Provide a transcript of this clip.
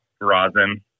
rosin